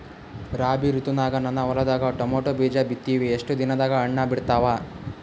ರಾಬಿ ಋತುನಾಗ ನನ್ನ ಹೊಲದಾಗ ಟೊಮೇಟೊ ಬೀಜ ಬಿತ್ತಿವಿ, ಎಷ್ಟು ದಿನದಾಗ ಹಣ್ಣ ಬಿಡ್ತಾವ?